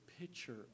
picture